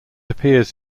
appears